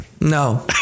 No